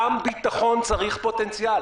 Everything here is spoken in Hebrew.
גם ביטחון צריך פוטנציאל,